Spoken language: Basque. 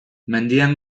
mendian